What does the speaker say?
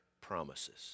promises